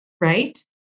right